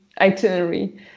itinerary